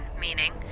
meaning